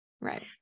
Right